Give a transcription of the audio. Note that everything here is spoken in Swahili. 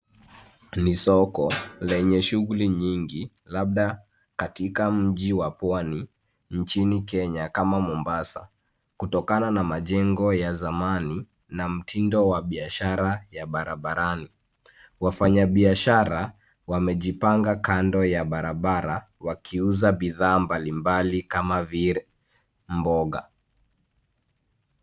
Ni soko, lenye shughuli nyingi labda katika mji wa Pwani, nchini Kenya kama Mombasa, kutokana na majengo ya zamani na mtindo wa biashara ya barabarani. Wafanyabiashara wamejipanga kando ya barabara wakiuza bidhaa mbalimbali kama vile mboga.